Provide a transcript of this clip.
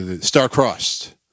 star-crossed